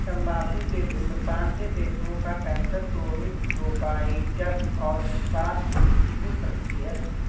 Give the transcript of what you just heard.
तंबाकू के धूम्रपान से फेफड़ों का कैंसर, क्रोनिक ब्रोंकाइटिस और वातस्फीति हो सकती है